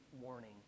warning